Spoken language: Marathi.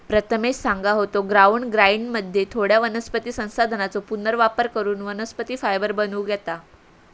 प्रथमेश सांगा होतो, ग्राउंड ग्राइंडरमध्ये थोड्या वनस्पती संसाधनांचो पुनर्वापर करून वनस्पती फायबर बनवूक येता